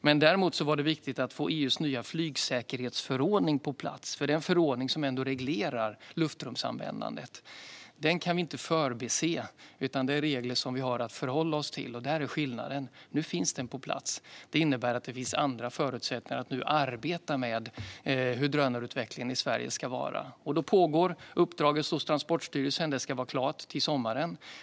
Det var däremot viktigt att få EU:s nya flygsäkerhetsförordning på plats, för den reglerar luftrumsanvändandet. Den kan vi inte förbise, utan det är regler som vi har att förhålla oss till. Där är skillnaden: Nu finns den på plats. Detta innebär att det nu finns andra förutsättningar att arbeta med hur drönarutvecklingen i Sverige ska vara. Det pågår ett uppdrag hos Transportstyrelsen som ska vara klart till sommaren.